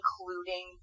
including